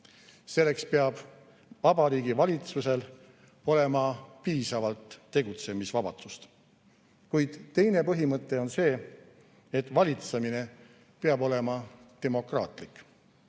selleks peab Vabariigi Valitsusel olema piisavalt tegutsemisvabadust. Kuid teine põhimõte on see, et valitsemine peab olema demokraatlik